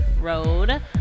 Road